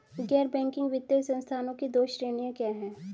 गैर बैंकिंग वित्तीय संस्थानों की दो श्रेणियाँ क्या हैं?